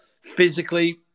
Physically